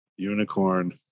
Unicorn